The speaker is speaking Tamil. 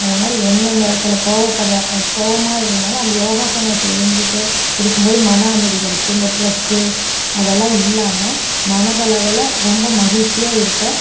அது மாதிரி எந்தெந்த இடத்துல கோவப்படுற கோபமா இருந்தாலும் அந்த யோகாசனம் செஞ்சுட்டு இருக்கும் போது மன அமைதி கிடச்சி இந்த ட்ரெஸ்ஸு அதெல்லாம் இல்லாமல் மனதளவில் ரொம்ப மகிழ்ச்சியாக இருக்க